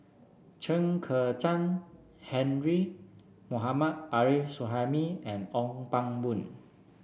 Chen Kezhan Henri Mohammad Arif Suhaimi and Ong Pang Boon